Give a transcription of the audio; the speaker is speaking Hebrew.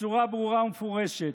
בצורה ברורה ומפורשת,